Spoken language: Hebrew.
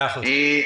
מאה אחוז.